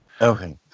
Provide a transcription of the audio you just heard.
Okay